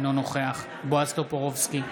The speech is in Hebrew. אינו נוכח בועז טופורובסקי,